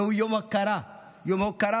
זהו יום הוקרה והכרה,